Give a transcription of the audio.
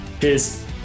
cheers